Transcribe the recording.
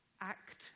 act